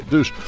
Dus